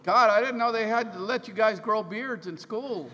god i didn't know they had let you guys grow beards in school